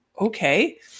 okay